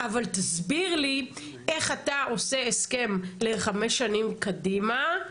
אבל תסביר לי איך אתה עושה הסכם לחמש שנים קדימה,